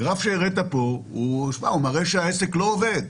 הגרף שהראית פה, תשמע, הוא מראה שהעסק לא עובד,